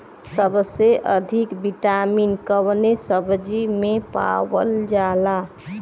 सबसे अधिक विटामिन कवने सब्जी में पावल जाला?